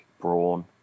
Brawn